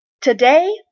Today